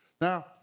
Now